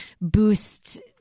boost